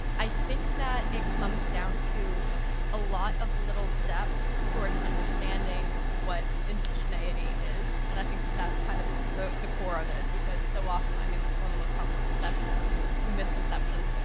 i think that it comes down to a lot of little steps towards understanding what indigeneity is, and i think that that's kind of the the core of it, because so often, i mean, one of the most common inconceptions is, misconceptions,